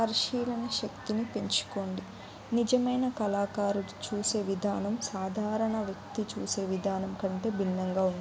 పరిశీలన శక్తిని పెంచుకోండి నిజమైన కళాకారుడు చూసే విధానం సాధారణ వ్యక్తి చూసే విధానం కంటే భిన్నంగా ఉంటుంది